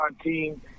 team